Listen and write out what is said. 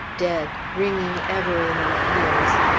dead! ringing ever in our ears,